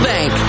Bank